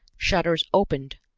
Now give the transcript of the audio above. shutters opened,